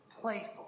playful